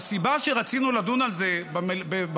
והסיבה שרצינו לדון על זה בוועדה,